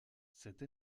cette